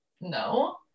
no